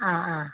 ആ ആ